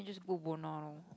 go Buona lor